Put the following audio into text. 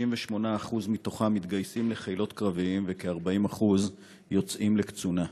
כ-98% מתוכם מתגייסים לחילות קרביים וכ-40% יוצאים לקצונה.